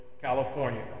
California